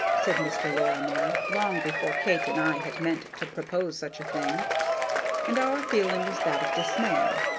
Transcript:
said mr. lorimer, long before kate and i had meant to propose such a thing and our feeling was that of dismay.